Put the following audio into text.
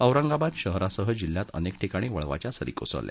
औरंगाबाद शहरासह जिल्ह्यात अनेक ठिकाणी वळवाच्या सरी कोसळल्या